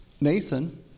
Nathan